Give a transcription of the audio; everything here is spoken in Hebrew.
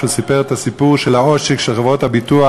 כשהוא סיפר את הסיפור של העושק של אנשים